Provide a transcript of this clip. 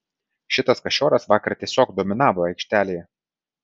šitas kašioras vakar tiesiog dominavo aikštelėj